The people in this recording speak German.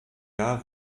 jahr